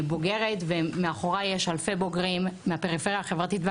הלב שלי מבחינה חברתית,